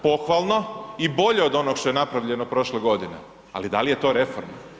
Pohvalno i bolje od onog što je napravljeno prošle godine ali da li je to reforma?